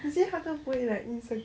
ya